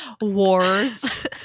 wars